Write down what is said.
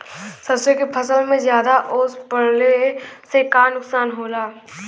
सरसों के फसल मे ज्यादा ओस पड़ले से का नुकसान होला?